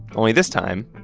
only this time,